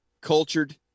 cultured